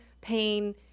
pain